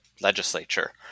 legislature